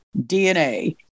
DNA